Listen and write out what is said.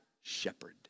shepherd